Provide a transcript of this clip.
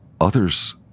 others